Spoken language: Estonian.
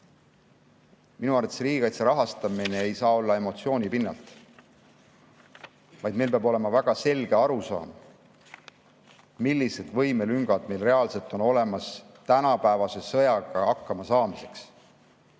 minu arvates riigikaitse rahastamine ei saa toimuda emotsioonide pinnal. Meil peab olema väga selge arusaam, millised võimelüngad meil reaalselt on, et tänapäevase sõjaga hakkama saada.